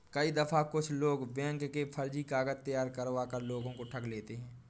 कई दफा कुछ लोग बैंक के फर्जी कागज तैयार करवा कर लोगों को ठग लेते हैं